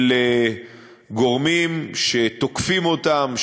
של גורמים שתוקפים אותם,